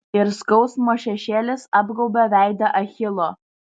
ir skausmo šešėlis apgaubė veidą achilo